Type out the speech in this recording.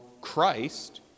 Christ